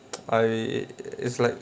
I it it's like